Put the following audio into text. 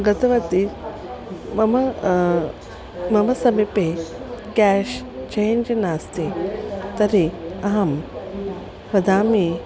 गतवती मम मम समीपे केश् चेञ्ज् नास्ति तर्हि अहं ददामि